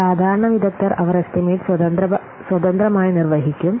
സാധാരണ വിദഗ്ധർ അവർ എസ്റ്റിമേറ്റ് സ്വതന്ത്രമായി നിർവഹിക്കും